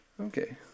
Okay